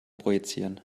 projizieren